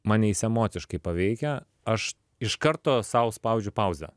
mane jis emociškai paveikia aš iš karto sau spaudžiu pauzę